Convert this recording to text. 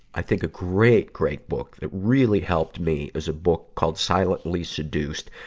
i think a great, great book that really helped me is a book called silently seduced,